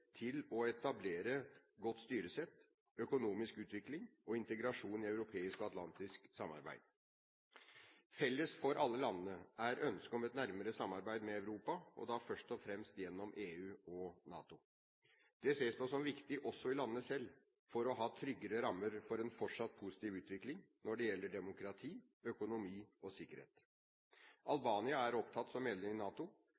godt styresett, økonomisk utvikling og integrasjon i europeisk og atlantisk samarbeid. Felles for alle landene er ønsket om et nærmere samarbeid med Europa og da først og fremst gjennom EU og NATO. Det ses på som viktig også i landene selv for å ha tryggere rammer for en fortsatt positiv utvikling når det gjelder demokrati, økonomi og